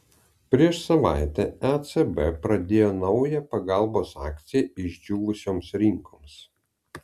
prieš savaitę ecb pradėjo naują pagalbos akciją išdžiūvusioms rinkoms